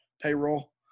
payroll